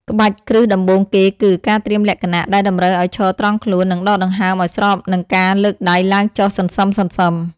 ក្បាច់គ្រឹះដំបូងគេគឺ ការត្រៀមលក្ខណៈ ដែលតម្រូវឱ្យឈរត្រង់ខ្លួន និងដកដង្ហើមឱ្យស្របនឹងការលើកដៃឡើងចុះសន្សឹមៗ។